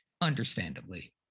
understandably